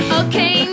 okay